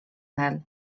nel